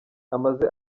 amaze